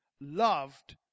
loved